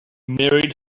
married